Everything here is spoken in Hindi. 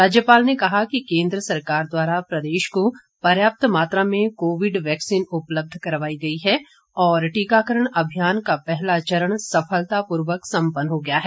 राज्यपाल ने कहा कि केन्द्र सरकार द्वारा प्रदेश को पर्याप्त मात्रा में कोविड वैक्सीन उपलब्ध करवाई गई है और टीकाकरण अभियान का पहला चरण सफलतापूर्वक सम्पन्न हो गया है